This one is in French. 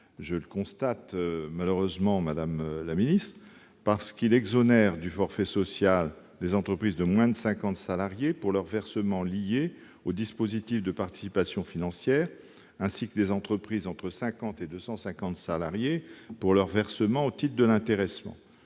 du forfait social, madame la ministre. En effet, il exonère du forfait social les entreprises de moins de 50 salariés pour leurs versements liés aux dispositifs de participation financière, ainsi que les entreprises entre 50 et 250 salariés pour leur versement au titre de l'intéressement.